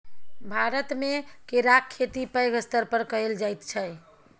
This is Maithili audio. भारतमे केराक खेती पैघ स्तर पर कएल जाइत छै